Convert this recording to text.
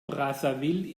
brazzaville